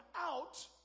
out